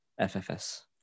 FFS